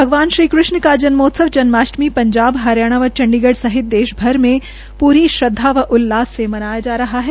भगवान श्री कृष्ण का जन्मोत्सव जन्माष्टमी पंजाब हरियाणा व चंडीगढ़ सहित देशभर में पूरी श्रद्धा व उल्लास से मनाया जा रहा है